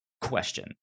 question